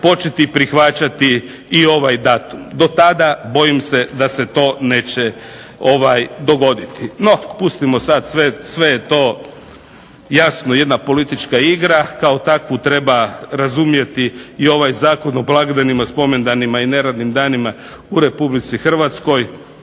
početi prihvaćati i ovaj datum. Do tada bojim se da se to neće dogoditi. No pustimo sad sve to, jasno jedna politička igra, kao takvu treba razumjeti i ovaj zakon o blagdanima, spomendanima i neradnim danima u Republici Hrvatskoj,